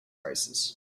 crisis